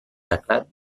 teclat